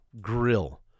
Grill